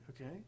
Okay